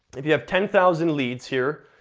if you have ten thousand leads here,